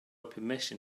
permission